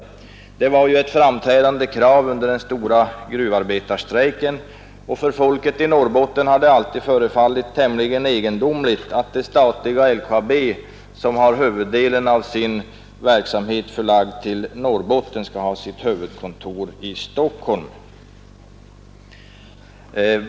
En sådan flyttning var ju ett framträdande krav under den stora gruvarbetarstrejken, och för folket i Norrbotten har det alltid förefallit tämligen egendomligt att det statliga LKAB, som har huvuddelen av sin verksamhet förlagd till Norrbotten, skall ha sitt huvudkontor i Stockholm.